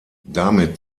damit